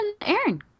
Aaron